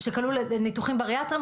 שכולל ניתוחים בריאטריים?